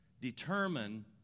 determine